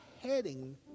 heading